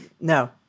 No